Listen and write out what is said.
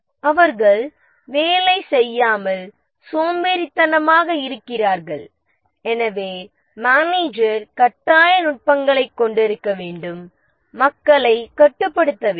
அவர்கள் வேலை செய்யாமல் சோம்பேறித்தனமாக இருக்கிறார்கள் எனவே மேனேஜர் கட்டாய நுட்பங்களைக் கொண்டிருக்க வேண்டும் மக்களைக் கட்டுப்படுத்த வேண்டும்